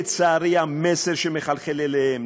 לצערי המסר שמחלחל אליהם,